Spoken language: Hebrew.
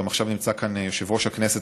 ועכשיו גם נמצא כאן יושב-ראש הכנסת,